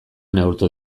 neurtu